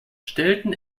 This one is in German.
stellten